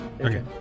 okay